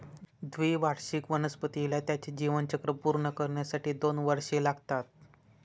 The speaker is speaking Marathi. द्विवार्षिक वनस्पतीला त्याचे जीवनचक्र पूर्ण करण्यासाठी दोन वर्षे लागतात